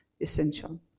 essential